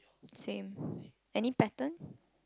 same any pattern